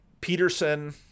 Peterson